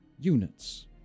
units